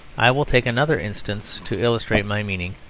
i will take another instance to illustrate my meaning,